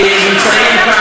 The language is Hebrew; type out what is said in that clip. כי, ואתה יודע את זה.